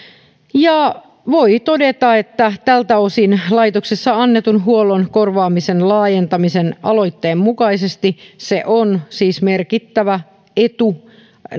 voi todeta että tältä osin laitoksessa annetun huollon korvaamisen laajentaminen aloitteen mukaisesti on siis merkittävä etu